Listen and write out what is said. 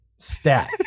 Stat